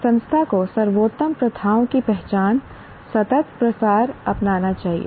और संस्था को सर्वोत्तम प्रथाओं की पहचान सतत प्रसार अपनाना चाहिए